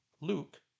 Luke